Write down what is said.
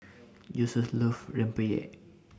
Joesph loves Rempeyek